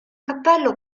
cappello